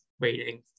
waiting